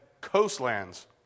coastlands